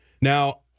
Now